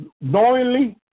knowingly